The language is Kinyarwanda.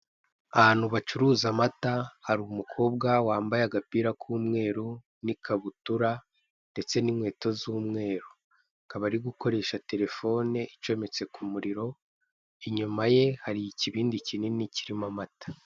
Ahantu bacuruza amata, hari umukobwa wambaye agapira kumweru n'ikabutura, ndetse n'inkweto z'umweru. Akaba arigukorehsa telefone icumetse kumuriro, Inyuma ye hari ikibindi kinini kirimo amata.